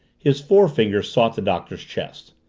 his forefinger sought the doctor's chest.